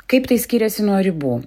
kaip tai skiriasi nuo ribų